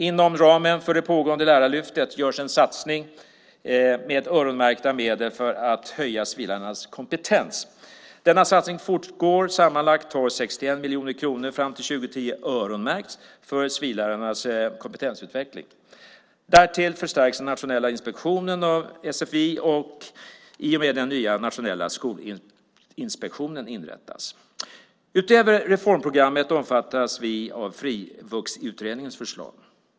Inom ramen för det pågående Lärarlyftet görs en satsning med öronmärkta medel för att höja sfi-lärarnas kompetens. Denna satsning fortgår. Sammanlagt har 61 miljoner kronor för perioden fram till år 2010 öronmärkts för sfi-lärarnas kompetensutveckling. Därtill förstärks den nationella inspektionen av sfi i och med att den nya nationella skolinspektionen inrättas. Utöver reformprogrammet omfattas sfi av Frivuxutredningens förslag.